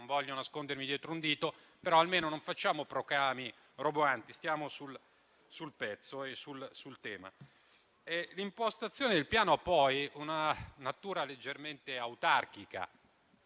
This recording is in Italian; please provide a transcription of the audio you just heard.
non voglio nascondermi dietro un dito, ma almeno non si facciano proclami roboanti, stiamo sul pezzo e sul tema. L'impostazione del Piano ha poi una natura leggermente autarchica: